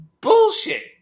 bullshit